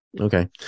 Okay